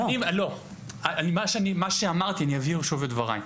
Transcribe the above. אני אבהיר שוב את דבריי.